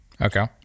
Okay